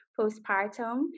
postpartum